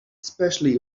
especially